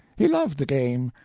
he loved the game,